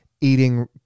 eating